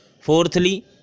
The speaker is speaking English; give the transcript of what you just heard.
Fourthly